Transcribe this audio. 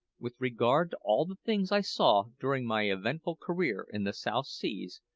with regard to all the things i saw during my eventful career in the south seas,